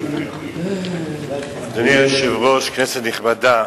אדוני היושב-ראש, כנסת נכבדה,